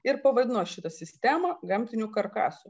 ir pavadino šitą sistemą gamtiniu karkasu